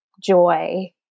joy